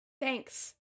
Thanks